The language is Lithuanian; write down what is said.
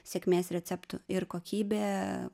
sėkmės receptų ir kokybė